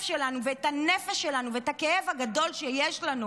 שלנו ואת הנפש שלנו ואת הכאב הגדול שיש לנו,